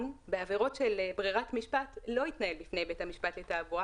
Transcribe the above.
בעבירות של ברירת משפט לא יתנהל בפני בית המשפט לתעבורה